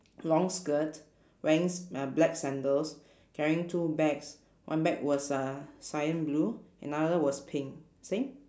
long skirt wearing s~ uh black sandals carrying two bags one bag was uh cyan blue another was pink same